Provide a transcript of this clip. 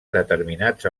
determinats